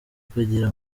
kugira